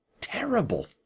terrible